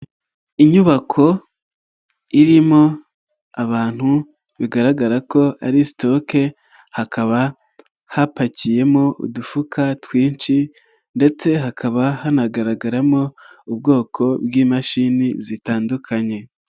Inyubako irimo abantu bigaragara ko ari sitoke, hakaba hapakiyemo udufuka twinshi ndetse hakaba hanagaragaramo ubwoko bw'imashini zitandukanye.